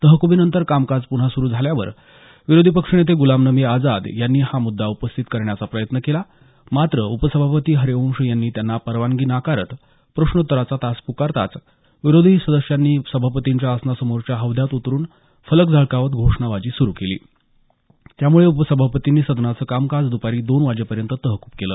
तहकुबीनंतर कामकाज पुन्हा सुरू झाल्यावर विरोधी पक्षनेते गुलाम नबी आझाद यांनी हा मुद्दा उपस्थित करण्याचा प्रयत्न केला मात्र उपसभापती हरिवंश यांनी त्यांना परवानगी नाकारत प्रश्नोत्तराचा तास पुकारताच विरोधी सदस्यांनी सभापतींच्या आसनासमोरच्या हौद्यात उतरून फलक झळकावत घोषणाबाजी सुरू केली त्यामुळे उपसभापतींनी सदनाचं कामकाज दुपारी दोन वाजेपर्यंत तहकूब केलं